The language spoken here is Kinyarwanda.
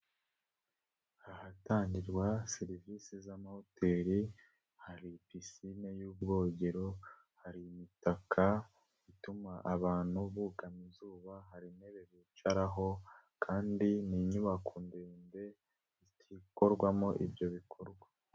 Ahatangirwa serivisi z'amahoteri hari pisine y'ubwogero, hari imitaka ituma abantu bugama izuba, hari intebe bicaraho kandi ni inyubako ndende zikorwamo ibyo bikorwa.